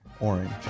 Orange